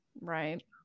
right